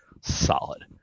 solid